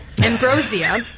ambrosia